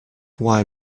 why